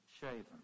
shaven